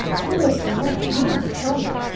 who was the man? you must tell me.